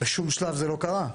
ובשום שלב זה לא קרה.